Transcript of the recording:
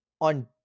on